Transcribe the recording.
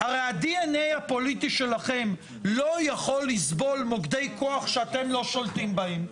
הרי הדנ"א הפוליטי שלכם לא יכול לסבול מוקדי כוח שאתם לא שולטים בהם,